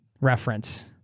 reference